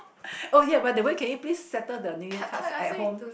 oh ya by the way can you please settle the New Year cards at home